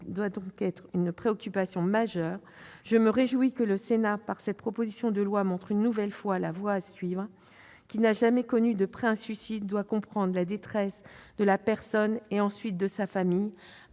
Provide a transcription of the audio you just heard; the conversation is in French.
doit donc être une préoccupation majeure. Je me réjouis que le Sénat, par cette proposition de loi, montre une nouvelle fois la voie à suivre. Qui n'a jamais eu à connaître de près un suicide doit du moins comprendre la détresse de la personne et de sa famille :